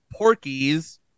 porkies